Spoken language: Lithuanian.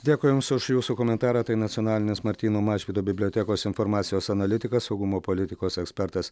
dėkui jums už jūsų komentarą tai nacionalinės martyno mažvydo bibliotekos informacijos analitikas saugumo politikos ekspertas